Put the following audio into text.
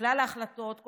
שכלל ההחלטות,